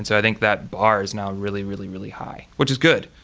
so i think that bar is now really, really, really high, which is good.